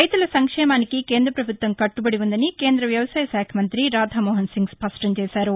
రైతుల సంక్షేమానికి కేంద్ర ప్రభుత్వం కట్లుబడి ఉందని కేంద్ర వ్యవసాయశాఖ మంత్రి రాధామోహన్ సింగ్ స్పష్టం చేశారు